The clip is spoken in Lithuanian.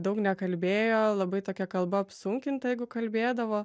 daug nekalbėjo labai tokia kalba apsunkinta jeigu kalbėdavo